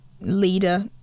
leader